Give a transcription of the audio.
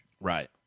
Right